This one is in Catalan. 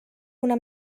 una